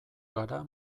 gara